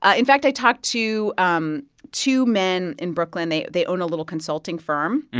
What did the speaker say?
ah in fact, i talked to um two men in brooklyn. they they own a little consulting firm.